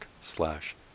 slash